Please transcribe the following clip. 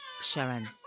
Sharon